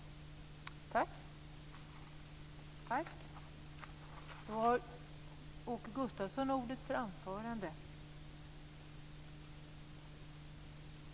Tack!